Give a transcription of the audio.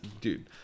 Dude